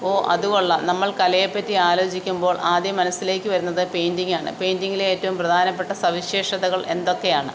ഓ അത് കൊള്ളാം നമ്മൾ കലയെപ്പറ്റി ആലോചിക്കുമ്പോൾ ആദ്യം മനസ്സിലേക്ക് വരുന്നത് പെയിന്റിങ്ങാണ് പെയിന്റിങിലെ ഏറ്റവും പ്രധാനപ്പെട്ട സവിശേഷതകൾ എന്തൊക്കെയാണ്